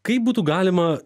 kaip būtų galima